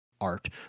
art